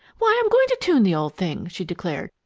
why, i'm going to tune the old thing! she declared.